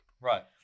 Right